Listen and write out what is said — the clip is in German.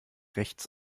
rechts